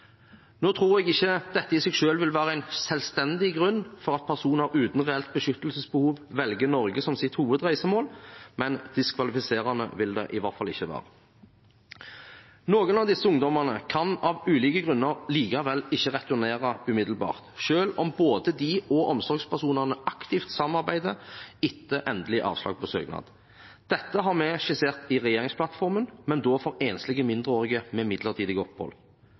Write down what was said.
Nå tror jeg ikke dette i seg selv vil være en selvstendig grunn for at personer uten reelt beskyttelsesbehov velger Norge som sitt hovedreisemål, men diskvalifiserende vil det i hvert fall ikke være. Noen av disse ungdommene kan av ulike grunner likevel ikke returnere umiddelbart, selv om både de og omsorgspersonene aktivt samarbeider etter endelig avslag på søknaden. Dette har vi skissert i regjeringsplattformen, men da for enslige mindreårige med midlertidig opphold.